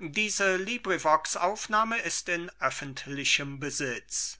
xxvi lais an musarion